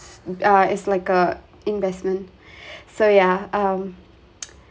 uh is like a investment so yeah um